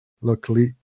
luckily